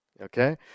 Okay